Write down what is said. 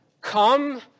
Come